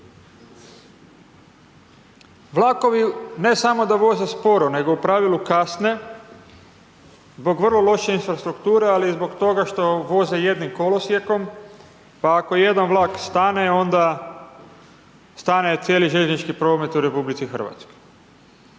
Vlakovi, ne samo da voze sporo, nego u pravilu kasne zbog vrlo loše infrastrukture, ali i zbog toga što voze jednim kolosijekom, pa ako jedan vlak stane, onda stane cijeli željeznički promet u RH. Putnik koji